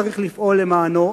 צריך לפעול למענו,